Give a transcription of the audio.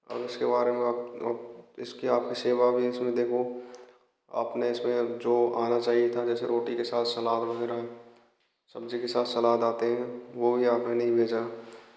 इसके बारे में आप इसकी आपकी सेवा भी इसमें देखो आपने इसमें जो आना चाहिये था जैसे रोटी के साथ सलाद वगैरह सब्ज़ी के साथ सलाद आता है वो भी आपने नही भेजा